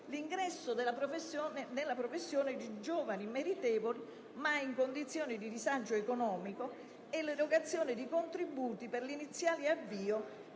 l'ingresso nella professione di giovani meritevoli ma in situazioni di disagio economico e l'erogazione di contributi per l'iniziale avvio